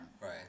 Right